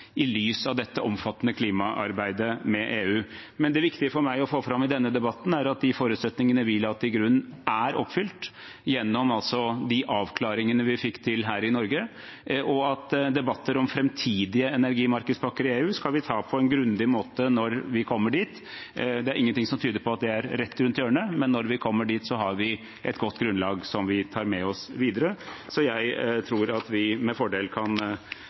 i lys av dette omfattende klimaarbeidet med EU. Det viktige for meg å få fram i denne debatten er at de forutsetningene vi la til grunn, er oppfylt gjennom avklaringene vi fikk til her i Norge, og at vi skal ta debatter om framtidige energimarkedspakker i EU på en grundig måte når vi kommer dit. Det er ingenting som tyder på at det er rett rundt hjørnet, men når vi kommer dit, har vi et godt grunnlag som vi tar med oss videre. Jeg tror at vi med fordel kan